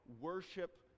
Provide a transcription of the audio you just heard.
worship